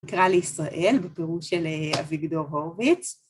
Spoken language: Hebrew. "מקרא לישראל", בפירוש של אביגדור הורביץ.